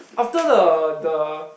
after the the